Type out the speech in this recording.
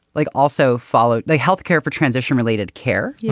like also followed the health care for transition related care, yeah